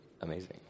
amazing